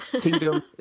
Kingdom